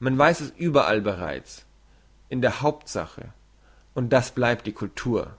man weiss es überall bereits in der hauptsache und das bleibt die cultur